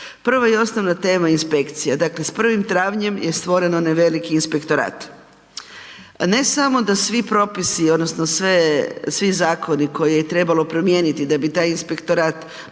Prva i osnovna tema inspekcija, dakle s 1. travnjem je stvoren onaj veliki inspektorat. Ne samo da svi propisi odnosno svi zakoni koje je trebalo promijeniti da bi taj inspektorat mogao